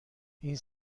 این